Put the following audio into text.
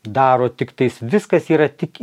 daro tiktais viskas yra tik